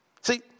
See